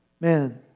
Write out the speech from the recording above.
Man